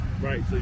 Right